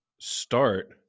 start